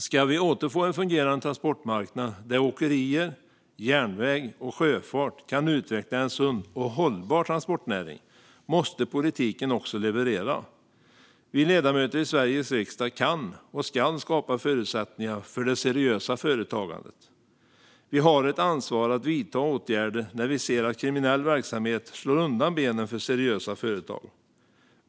Ska vi återfå en fungerande transportmarknad där åkerier, järnväg och sjöfart kan utveckla en sund och hållbar transportnäring, måste politiken också leverera. Vi ledamöter i Sveriges riksdag kan och ska skapa förutsättningar för det seriösa företagandet. Vi har ett ansvar att vidta åtgärder när vi ser att kriminell verksamhet slår undan benen för seriösa företag.